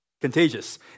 contagious